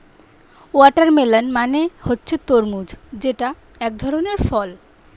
watermelon মানে হচ্ছে তরমুজ যেটা একধরনের ফল